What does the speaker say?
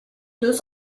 deux